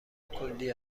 کلی